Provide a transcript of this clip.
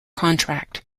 contract